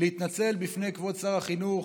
להתנצל בפני כבוד שר החינוך,